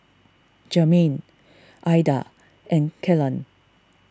Germaine Eda and Kellan